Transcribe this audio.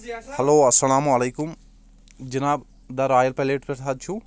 hello السلامُ علیکُم جناب دَ رویَل پلیٹ پٮ۪ٹھ حظ چھُو